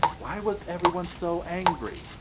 why was everyone so angry?